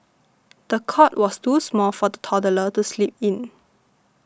the cot was too small for the toddler to sleep in